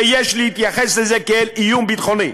ויש להתייחס לזה כאל איום ביטחוני,